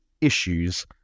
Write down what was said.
issues